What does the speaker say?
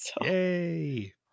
Yay